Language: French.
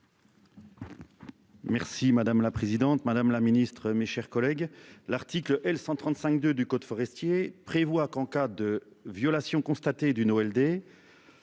Merci madame la présidente Madame la Ministre, mes chers collègues. L'article L 135 2 du code forestier prévoit qu'en cas de violation constatée du Noël